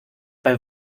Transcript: bei